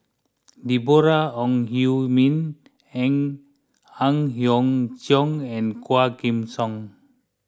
Deborah Ong Hui Min Ang Hiong Chiok and Quah Kim Song